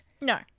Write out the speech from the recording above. No